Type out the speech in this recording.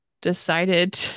decided